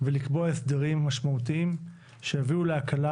ולקבוע הסדרים משמעותיים שיביאו להקלה